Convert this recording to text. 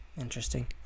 Interesting